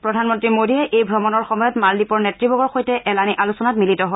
প্ৰধানমন্ত্ৰী মোডীয়ে এই ভ্ৰমণৰ সময়ত মালদ্বীপৰ নেত়বৰ্গৰ সৈতে এলানি আলোচনাত মিলিত হয়